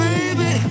Baby